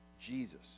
Jesus